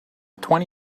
twenty